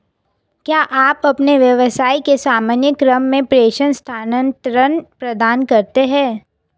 क्या आप अपने व्यवसाय के सामान्य क्रम में प्रेषण स्थानान्तरण प्रदान करते हैं?